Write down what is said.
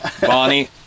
Bonnie